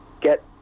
get